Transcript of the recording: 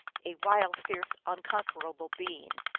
a wild, fierce, unconquerable being.